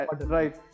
right